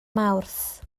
mawrth